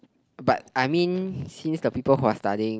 but I mean since the people who are studying